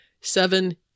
seven